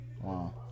Wow